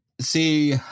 see